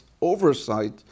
oversight